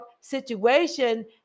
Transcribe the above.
situation